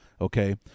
okay